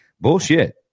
Bullshit